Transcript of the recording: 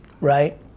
Right